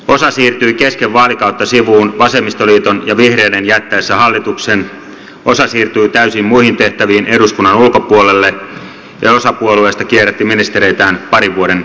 osa siirtyi kesken vaalikautta sivuun vasemmistoliiton ja vihreiden jättäessä hallituksen osa siirtyi täysin muihin tehtäviin eduskunnan ulkopuolelle ja osa puolueista kierrätti ministereitään parin vuoden jälkeen